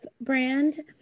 brand